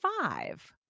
Five